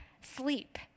sleep